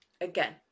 Again